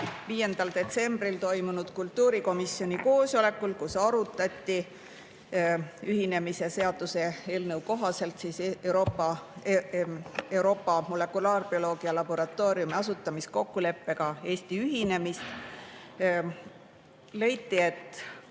5. detsembril toimunud kultuurikomisjoni koosolekul, kus arutati ühinemise seaduse eelnõu kohaselt Euroopa Molekulaarbioloogia Laboratooriumi asutamiskokkuleppega Eesti ühinemist, leiti, et